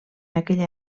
aquella